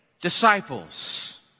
disciples